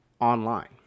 online